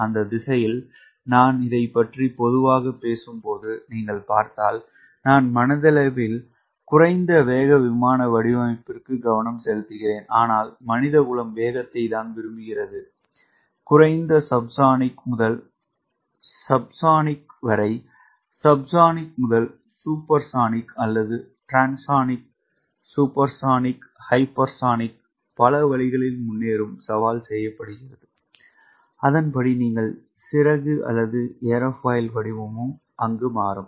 அந்த திசையில் நான் இதைப் பற்றி பொதுவாகப் பேசும்போது நீங்கள் பார்த்தால் நான் மனதளவில் குறைந்த வேக விமான வடிவமைப்பிற்கு கவனம் செலுத்துகிறேன் ஆனால் மனிதகுலம் வேகத்தை விரும்புகிறது குறைந்த சப்ஸோனிக் முதல் சப்ஸோனிக் வரை சப்ஸோனிக் முதல் சூப்பர்சோனிக் அல்லது டிரான்சோனிக் சூப்பர்சோனிக் ஹைப்பர்சோனிக் பல வழிகளில் முன்னேரும் சவால் செய்யப்படுகிறது அதன்படி நீங்கள் சிறகு அல்லது ஏரோஃபாயில் வடிவமும் மாறும்